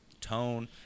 tone